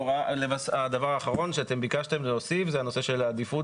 הדבר האחרון שביקשתם להוסיף זה הנושא של העדיפות,